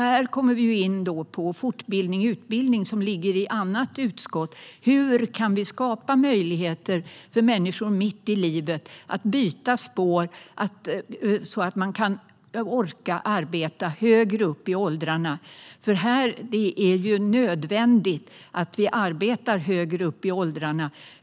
Då kommer vi in på fortbildning och utbildning, som ligger på ett annat utskott, och hur vi kan skapa möjligheter för människor att mitt i livet byta spår så att de kan orka arbeta högre upp i åldrarna. Det är ju nödvändigt att vi arbetar högre upp i åldrarna.